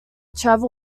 travel